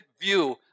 view